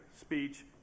speech